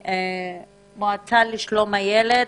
המועצה לשלום הילד.